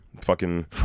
fucking-